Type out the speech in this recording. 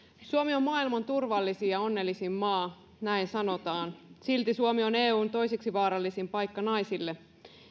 suomi on maailman turvallisin ja onnellisin maa näin sanotaan silti suomi on eun toiseksi vaarallisin paikka naisille